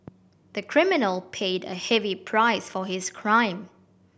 the criminal paid a heavy price for his crime